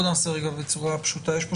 אנשים לא יודעים שיש היום רישום פלילי רחב יותר.